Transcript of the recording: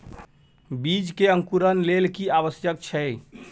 बीज के अंकुरण के लेल की आवश्यक छै?